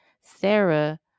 sarah